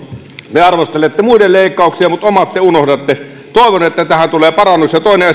te arvostelette muiden leikkauksia mutta omat te unohdatte toivon että tähän tulee parannus ja toinen